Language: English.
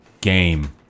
game